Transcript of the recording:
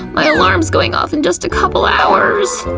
my alarms going off in just a couple hours!